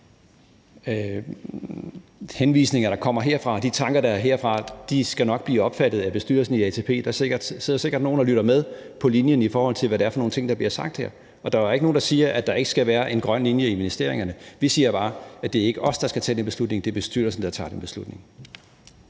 at de henvisninger, der kommer herfra, de tanker, der kommer herfra, nok skal blive opfattet af bestyrelsen i ATP. Der sidder sikkert nogle og lytter med på linjen og hører, hvad det er for nogle ting, der bliver sagt her. Og der er jo ikke nogen, der siger, at der ikke skal være en grøn linje i investeringerne. Vi siger bare, at det ikke er os, der skal tage den beslutning; det er bestyrelsen, der tager den beslutning.